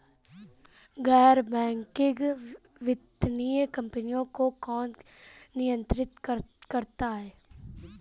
गैर बैंकिंग वित्तीय कंपनियों को कौन नियंत्रित करता है?